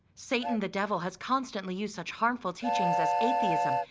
satan the devil has constantly used such harmful teachings as atheism,